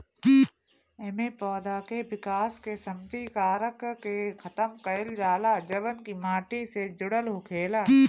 एमे पौधा के विकास के सिमित कारक के खतम कईल जाला जवन की माटी से जुड़ल होखेला